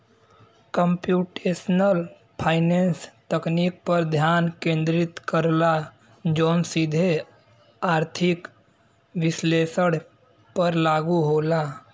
computational finance तकनीक पर ध्यान केंद्रित करला जौन सीधे आर्थिक विश्लेषण पर लागू होला